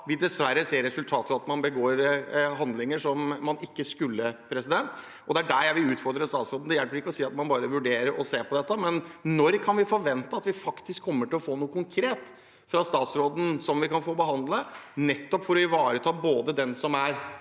– dessverre – er at man begår handlinger som man ikke skulle ha begått. Det er der jeg vil utfordre statsråden. Det hjelper ikke å si at man bare vurderer og ser på dette. Når kan vi forvente at vi faktisk kommer til å få noe konkret fra statsråden som vi kan få behandle, nettopp for å ivareta både dem som er